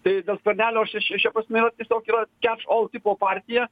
tai dėl skvernelio šia šia šia prasme tiesiog yra kiatš ol tipo partija